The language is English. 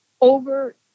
over